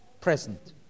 present